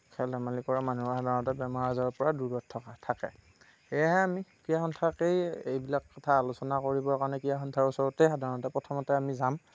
খেল ধেমালি কৰা মানুহ সাধাৰণতে বেমাৰ আজাৰৰ পৰা দূৰত থাকে সেয়েকে আমি ক্ৰিয়াসন্থাকেই এইবিলাক কথা আলোচনা কৰিবৰ কাৰণে ক্ৰীড়া সন্থাৰ ওচৰতেই প্ৰথমতে আমি সাধাৰণতে যাম